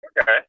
Okay